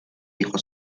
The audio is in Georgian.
იყო